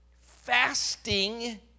Fasting